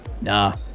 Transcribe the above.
Nah